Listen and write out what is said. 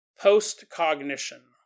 Post-cognition